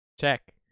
Check